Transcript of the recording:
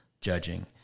judging